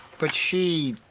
but she.